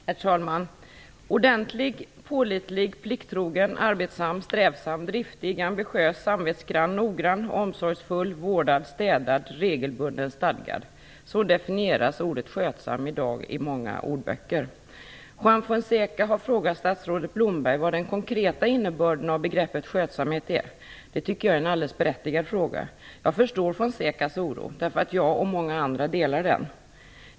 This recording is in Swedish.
Herr talman! "Ordentlig, pålitlig, plikttrogen, arbetsam, strävsam, driftig, ambitiös, samvetsgrann, noggrann, omsorgsfull, vårdad, städad, regelbunden, stadgad". Så definieras ordet skötsam i dag i många ordböcker. Juan Fonseca har frågat statsrådet Blomberg vad den konkreta innebörden av begreppet "skötsamhet" är. Det tycker jag är en mycket berättigad fråga. Jag förstår Fonsecas oro, därför att jag och många andra delar den.